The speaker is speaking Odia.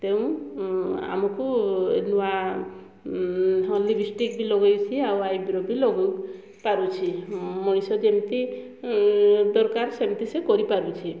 ତେଣୁ ଆମକୁ ଏ ନୂଆ ହଁ ଲିପିଷ୍ଟିକ୍ ବି ଲଗାଉଛି ଆଉ ଆଇବ୍ରୋ ବି ଲଗାଇ ପାରୁଛି ମଣିଷ ଯେମିତି ଦରକାର ସେମିତି ସେ କରିପାରୁଛି